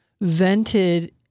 vented